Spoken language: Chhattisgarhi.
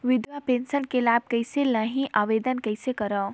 विधवा पेंशन के लाभ कइसे लहां? आवेदन कइसे करव?